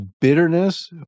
bitterness